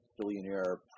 billionaire